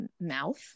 mouth